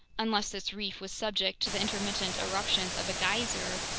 unless this reef was subject to the intermittent eruptions of a geyser,